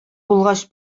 булгач